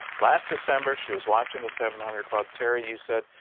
last december, she was watching the seven hundred club. terry, you said,